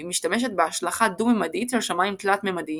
והיא משתמשת בהשלכה דו־ממדית של שמיים תלת־ממדיים.